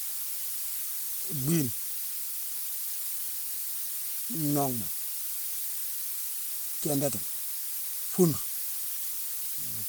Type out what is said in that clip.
Mbhiina, nnhonghma, thiindatima, fuunru